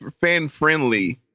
fan-friendly